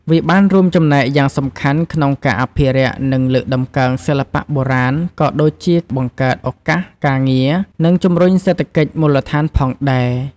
វាបានរួមចំណែកយ៉ាងសំខាន់ក្នុងការអភិរក្ស និងលើកតម្កើងសិល្បៈបុរាណ ក៏ដូចជាបង្កើតឱកាសការងារ និងជំរុញសេដ្ឋកិច្ចមូលដ្ឋានផងដែរ។